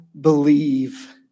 believe